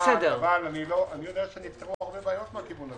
אני יודע שנוצרו הרבה בעיות מזה.